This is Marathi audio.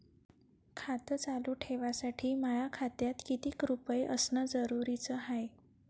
खातं चालू ठेवासाठी माया खात्यात कितीक रुपये असनं जरुरीच हाय?